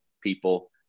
people